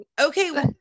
Okay